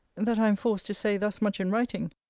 that i am forced to say thus much in writing,